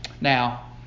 Now